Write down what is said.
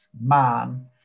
man